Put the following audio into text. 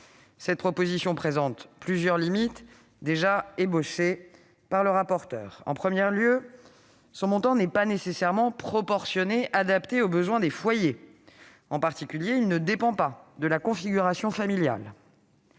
Cette proposition présente plusieurs limites, déjà évoquées par M. le rapporteur. En premier lieu, le montant prévu n'est pas nécessairement proportionné ou adapté aux besoins des foyers ; en particulier, il ne dépend pas de la configuration familiale.